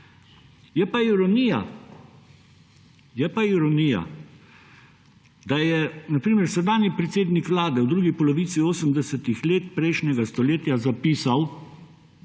je pa ironija, da je na primer sedanji predsednik Vlade v drugi polovici 80. let prejšnjega stoletja zapisal